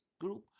group